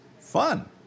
Fun